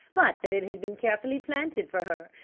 but that it had been carefully planted for her,